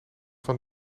van